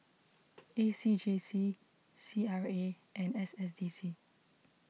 A C J C C R A and S S D C